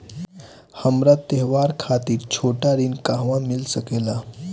हमरा त्योहार खातिर छोटा ऋण कहवा मिल सकेला?